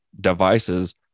devices